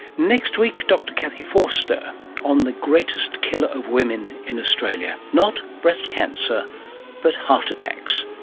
next week dr cathie forster on the greatest killer of women in australia not breast cancer but heart attacks.